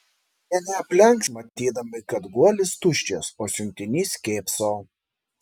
jie neaplenks matydami kad guolis tuščias o siuntinys kėpso